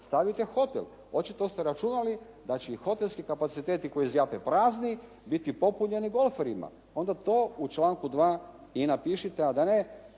stavite hotel. Očito ste računali da će i hotelski kapaciteti koji zjape prazni biti popunjeni golferima. Onda to u članku 2. i napišite, a ne